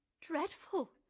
dreadful